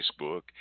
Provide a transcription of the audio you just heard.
Facebook